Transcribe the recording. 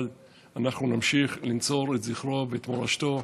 אבל אנחנו נמשיך לנצור את זכרו ואת מורשתו.